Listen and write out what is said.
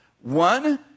One